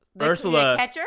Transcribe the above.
Ursula